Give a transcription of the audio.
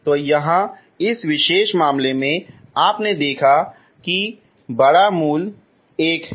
तो यहां इस विशेष मामले में आपने देखा है कि पाला बड़ा मूल 1 है